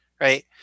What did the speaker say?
right